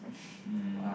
um